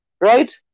right